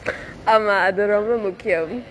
ஆமா அது ரொம்ப முக்கியம்:aama athu rombe mukkiyam